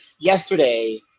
Yesterday